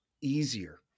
easier